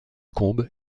combes